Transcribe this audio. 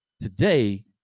Today